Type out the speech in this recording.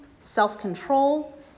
self-control